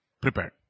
prepared